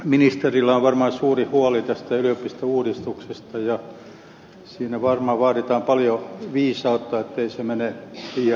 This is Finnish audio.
ministerillä on varmaan suuri huoli tästä yliopistouudistuksesta ja siinä varmaan vaaditaan paljon viisautta ettei se mene liian pitkälle